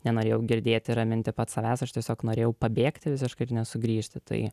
nenorėjau girdėti raminti pats savęs aš tiesiog norėjau pabėgti visiškai nesugrįžti tai